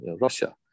Russia